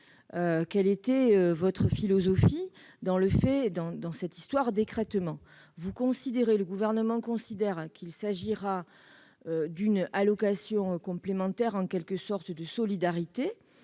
quelle était votre philosophie dans cette histoire d'écrêtement. Le Gouvernement considère qu'il s'agira d'une allocation complémentaire, en quelque sorte de solidarité,